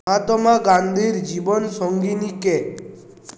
মহাত্মা গান্ধীর জীবনসঙ্গিনী কে